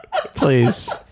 Please